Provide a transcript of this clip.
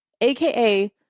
aka